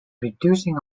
reducing